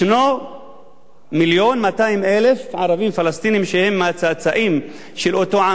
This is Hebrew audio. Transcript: יש מיליון ו-200,000 ערבים פלסטינים שהם הצאצאים של אותו עם